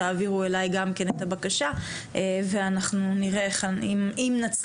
תעבירו אליי גם כן את הבקשה ואנחנו נראה אם נצליח